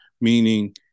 meaning